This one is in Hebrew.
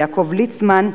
יעקב ליצמן,